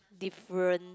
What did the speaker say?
different